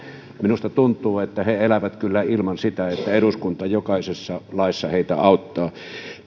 minusta tuntuu että he elävät kyllä ilman sitä että eduskunta jokaisessa laissa heitä auttaa tämä